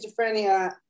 schizophrenia